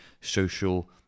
social